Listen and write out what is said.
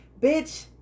Bitch